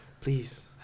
please